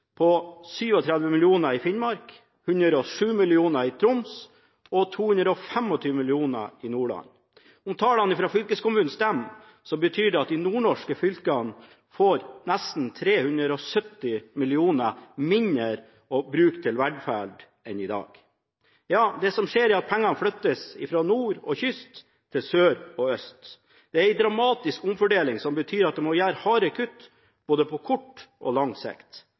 på 37 mill. kr i Finnmark, 107 mill. kr i Troms og 225 mill. kr i Nordland. Om tallene fra fylkeskommunene stemmer, betyr det at de nordnorske fylkene får nesten 370 mill. kr mindre å bruke til velferd enn i dag. Det som skjer, er at pengene flyttes fra nord og kyst til sør og øst. Det er en dramatisk omfordeling som betyr at de må gjøre harde kutt både på kort og lang sikt.